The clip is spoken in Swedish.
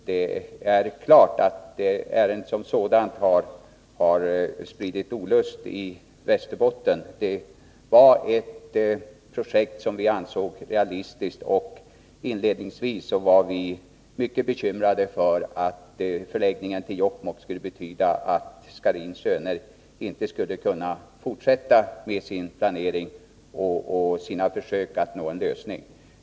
Det är emellertid klart att ärendet har spritt olust i Västerbotten, eftersom det var ett projekt som vi ansåg realistiskt. Inledningsvis var vi mycket bekymrade för att förläggningen till Jokkmokk skulle betyda att Scharins Söner inte skulle kunna fortsätta med sin planering och sina försök att nå en lösning.